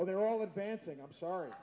or they're all advancing i'm sorry